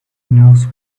knows